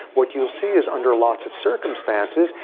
what you'll see is, under lots of circumstances,